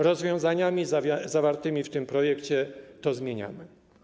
Rozwiązaniami zawartymi w tym projekcie to zmieniamy.